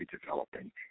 developing